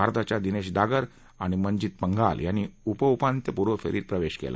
भारताच्या दिनेश डागर आणि मनजित पंघाल यांनी उपउपांत्य पूर्व फेरीत प्रवेश केला